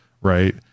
right